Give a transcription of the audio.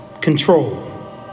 control